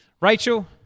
Rachel